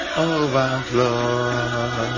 overflow